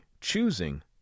choosing